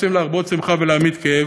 רוצים להרבות שמחה ולהמעיט כאב.